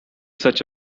such